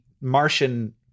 Martian